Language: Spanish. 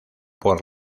por